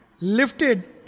lifted